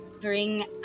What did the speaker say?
bring